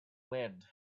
wind